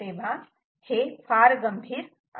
तेव्हा हे फार गंभीर आहे